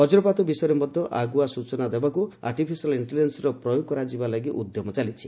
ବଜ୍ରପାତ ବିଷୟରେ ମଧ୍ୟ ଆଗୁଆ ସୂଚନା ଦେବାକୁ ଆର୍ଟିଫିସିଆଲ୍ ଇଷ୍ଟେଲିଜେନ୍ସର ପ୍ରୟୋଗ କରାଯିବା ଲାଗି ଉଦ୍ୟମ ଚାଲିଛି